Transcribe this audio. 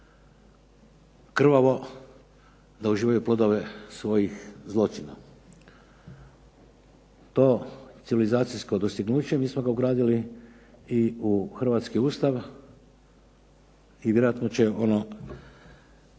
krvavo da uživaju plodove svojih zločina. To civilizacijsko dostignuće mi smo ga ugradili i u hrvatski ustav i vjerojatno će ono